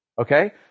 okay